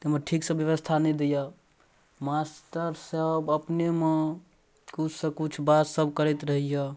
तैमे ठीकसँ व्यवस्था नहि दैये मास्टर सब अपनेमे कुछ सँ कुछ बात सब करैत रहैये